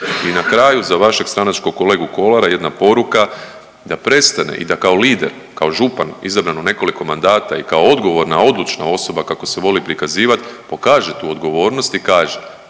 I na kraju za vašeg stranačkog kolegu Kolara jedna poruka da prestane i da kao lider, kao župan izabran u nekoliko mandata i kao odgovorna odlučna osoba kako se voli prikazivat pokaže tu odgovornost i kaže